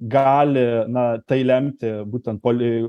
gali na tai lemti būtent poli